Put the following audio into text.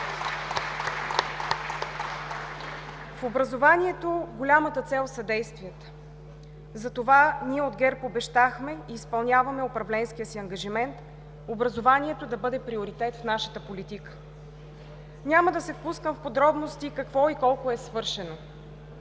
В образованието голямата цел са действията. Затова ние от ГЕРБ обещахме и изпълняваме управленския си ангажимент образованието да бъде приоритет в нашата политика. Няма да се впускам в подробности какво и колко е свършено.